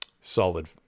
solid